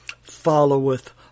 followeth